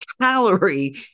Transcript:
calorie